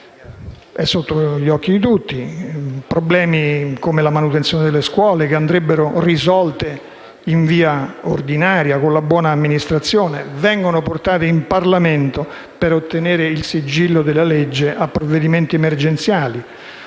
È sotto gli occhi di tutti: problemi come la manutenzione delle scuole, che dovrebbero essere risolti in via ordinaria, con la buona amministrazione, vengono portati in Parlamento per ottenere il sigillo della legge a provvedimenti emergenziali;